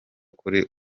kuri